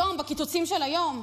היום, בקיצוצים של היום,